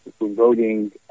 voting